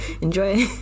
Enjoy